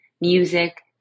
music